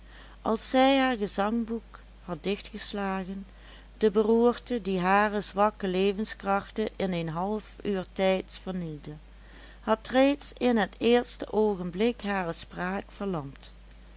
als zij haar gezangboek had dichtgeslagen de beroerte die hare zwakke levenskrachten in een half uur tijds vernielde had reeds in het eerste oogenblik hare spraak verlamd